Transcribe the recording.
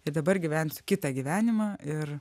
ir dabar gyvensiu kitą gyvenimą ir